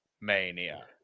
Mania